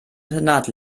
internat